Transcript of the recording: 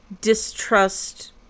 distrust